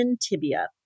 tibia